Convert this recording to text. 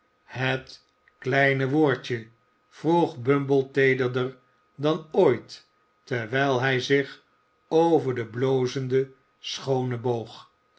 het kleine woordje vroeg bumble teederder dan ooit terwijl hij zich over de blozende schoone boog